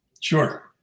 Sure